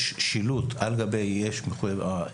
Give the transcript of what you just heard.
יש שילוט של העיריות,